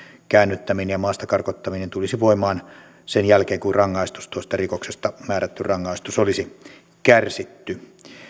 käännyttäminen ja maasta karkottaminen tulisi voimaan sen jälkeen kun tuosta rikoksesta määrätty rangaistus olisi kärsitty